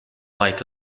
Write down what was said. like